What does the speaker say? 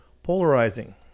polarizing